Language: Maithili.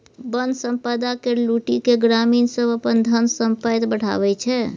बन संपदा केर लुटि केँ ग्रामीण सब अपन धन संपैत बढ़ाबै छै